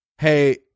Hey